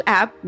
app